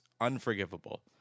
Unforgivable